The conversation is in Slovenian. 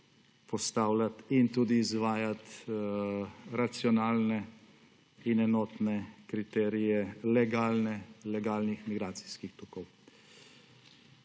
postavljati in tudi izvajati racionalne in enotne kriterije legalnih migracijskih tokov.